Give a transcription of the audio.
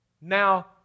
now